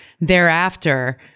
thereafter